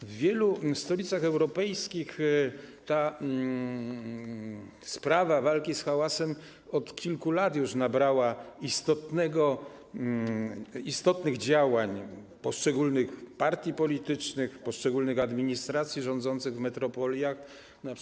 W wielu stolicach europejskich sprawa walki z hałasem od kilku lat przybrała formę istotnych działań poszczególnych partii politycznych, poszczególnych administracji rządzących w metropoliach.